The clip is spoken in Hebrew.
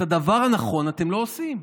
את הדבר הנכון אתם לא עושים.